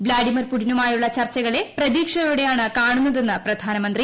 Vladimir പുടിൻമായുള്ള ചർച്ചകളെ പ്രതീക്ഷയോടെയാണ് കാണുന്നതെന്ന് പ്രധാനമന്ത്രി